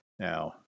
Now